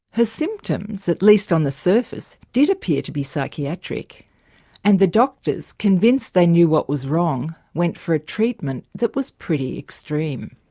her symptoms, at least on the surface, did appear to be psychiatric and the doctors, convinced they knew what was wrong went for a treatment that was pretty extreme.